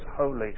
holy